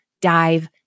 dive